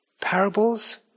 Parables